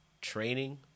training